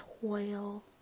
toil